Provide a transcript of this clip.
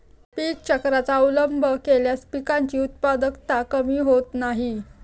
पीक चक्राचा अवलंब केल्यास पिकांची उत्पादकता कमी होत नाही